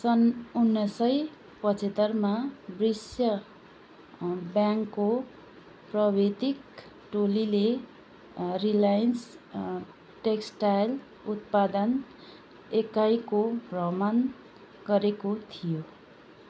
सन् उन्नाइस सय पचहत्तरमा विश्व ब्याङ्कको प्रविधिक टोलीले रिलायन्स टेक्सटाइल उत्पादन एकाईको भ्रमण गरेको थियो